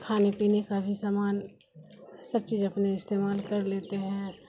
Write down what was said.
کھانے پینے کا بھی سامان سب چیز اپنے استعمال کر لیتے ہیں